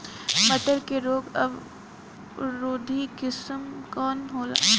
मटर के रोग अवरोधी किस्म कौन होला?